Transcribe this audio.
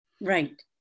Right